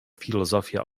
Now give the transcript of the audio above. filozofia